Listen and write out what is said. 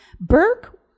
Burke